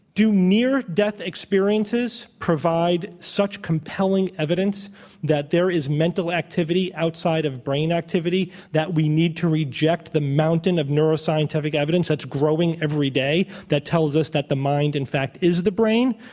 do near death experiences provide such compelling evidence that there is mental activity outside of brain activity, that we need to reject the mountain of neuroscientific evidence that's growing every day, that tells us that the mind, in fact, is the brain?